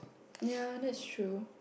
ya that's true